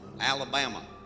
Alabama